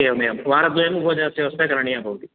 एवमेवं वारद्वयं भोजनस्य व्यवस्था करणीया भवति